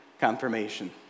confirmation